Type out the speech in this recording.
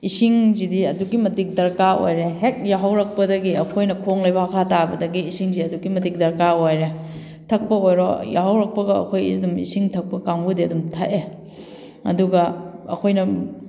ꯏꯁꯤꯡꯁꯤꯗꯤ ꯑꯗꯨꯛꯀꯤ ꯃꯇꯤꯛ ꯗꯔꯀꯥꯔ ꯑꯣꯏꯔꯦ ꯍꯦꯛ ꯌꯥꯍꯧꯔꯛꯄꯗꯒꯤ ꯑꯩꯈꯣꯏꯅ ꯈꯣꯡ ꯂꯩꯕꯥꯛ ꯃꯈꯥ ꯇꯥꯕꯗꯒꯤ ꯏꯁꯤꯡꯁꯦ ꯑꯗꯨꯛꯀꯤ ꯃꯇꯤꯛ ꯗꯔꯀꯥꯔ ꯑꯣꯏꯔꯦ ꯊꯛꯄ ꯑꯣꯏꯔꯣ ꯌꯥꯍꯧꯔꯛꯄꯒ ꯑꯩꯈꯣꯏꯁꯤ ꯑꯗꯨꯝ ꯏꯁꯤꯡ ꯊꯛꯄ ꯀꯥꯡꯕꯨꯗꯤ ꯑꯗꯨꯝ ꯊꯛꯑꯦ ꯑꯗꯨꯒ ꯑꯩꯈꯣꯏꯅ